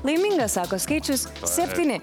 laimingas sako skaičius septyni